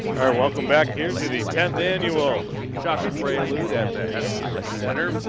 welcome back hero to the tenth annual shocker prelude at the heskett center,